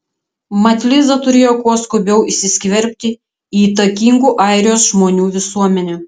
mat liza turėjo kuo skubiau įsiskverbti į įtakingų airijos žmonių visuomenę